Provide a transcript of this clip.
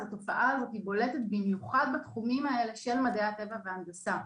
אז התופעה הזאת היא בולטת במיוחד בתחומים האלה של מדעי הטבע והנדסה.